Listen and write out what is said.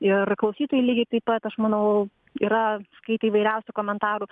ir klausytojai lygiai taip pat aš manau yra skaitę įvairiausių komentarų